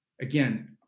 Again